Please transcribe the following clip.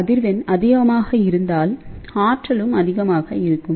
அதிர்வெண் அதிகமாக இருந்தால் ஆற்றலும் அதிகமாக கொண்டிருக்கும்